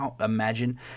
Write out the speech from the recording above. imagine